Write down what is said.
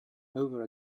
over